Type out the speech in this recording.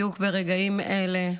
בדיוק ברגעים אלה,